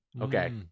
Okay